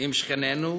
עם שכנינו,